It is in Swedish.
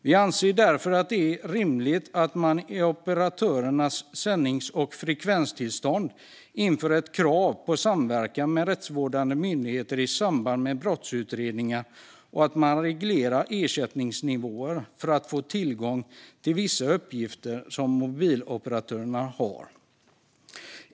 Vi anser därför att det är rimligt att man i operatörernas sändnings och frekvenstillstånd inför ett krav på samverkan med rättsvårdande myndigheter i samband med brottsutredningar och att man reglerar ersättningsnivåerna för att få tillgång till vissa uppgifter som mobiloperatörerna har.